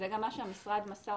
זה גם מה שהמשרד מסר,